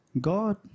God